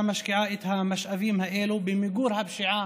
משקיעה את המשאבים האלו במיגור הפשיעה